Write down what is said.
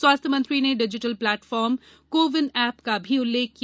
स्वास्थ्य मंत्री ने digital platform CoWIN app का भी उल्लेख किया